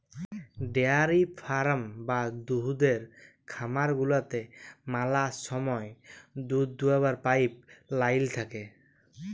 dairy farm বা দুহুদের খামার গুলাতে ম্যালা সময় দুহুদ দুয়াবার পাইপ লাইল থ্যাকে